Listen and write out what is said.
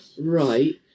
Right